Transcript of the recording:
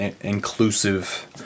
inclusive